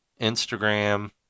Instagram